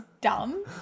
dumb